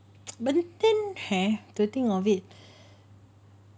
burning hair to think of it